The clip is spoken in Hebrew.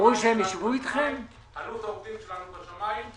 עלות העובדים שלנו בשמיים.